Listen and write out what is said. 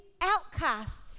outcasts